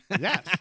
Yes